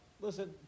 Listen